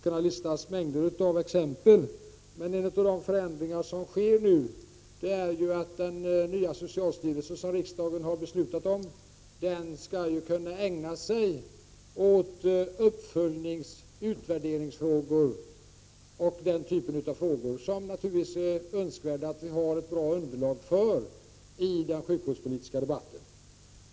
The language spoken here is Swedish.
En av de förändringar som nu sker — jag skulle kunna göra en lång lista — är ju att den nya socialstyrelsen, som riksdagen har beslutat om, skall kunna ägna sig åt uppföljningsoch utvärderingsfrågor och den typen av frågor, som det naturligtvis är önskvärt att vi har ett bra underlag för i den sjukvårdspolitiska debatten.